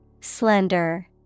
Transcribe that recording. Slender